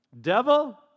Devil